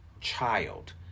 child